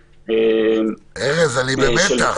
ארז, אני במתח.